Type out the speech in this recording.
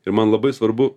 ir man labai svarbu